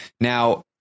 Now